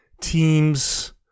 teams